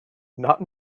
not